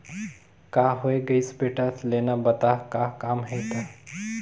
का होये गइस बेटा लेना बता का काम हे त